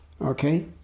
Okay